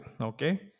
Okay